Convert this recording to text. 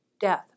death